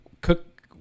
cook